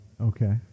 Okay